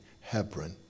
Hebron